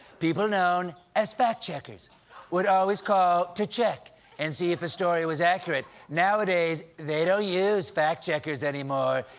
people known as fact checkers would always call to check and see if a story was accurate. nowadays, they don't use fact checkers anymore,